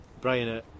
Brian